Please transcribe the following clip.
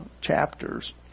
chapters